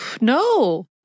No